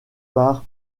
par